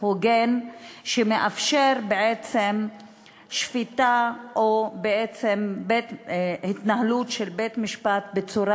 הוגן שמאפשר שפיטה או התנהלות של בית-משפט בצורה